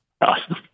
Awesome